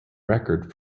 record